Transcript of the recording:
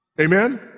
Amen